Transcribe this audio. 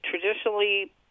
traditionally